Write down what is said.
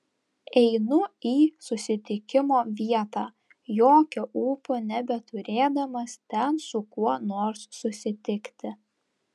einu į susitikimo vietą jokio ūpo nebeturėdamas ten su kuo nors susitikti